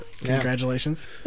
congratulations